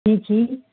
जी जी